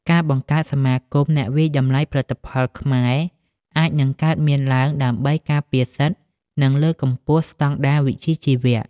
ការបង្កើតសមាគមអ្នកវាយតម្លៃផលិតផលខ្មែរ អាចនឹងកើតមានឡើងដើម្បីការពារសិទ្ធិ និងលើកកម្ពស់ស្តង់ដារវិជ្ជាជីវៈ។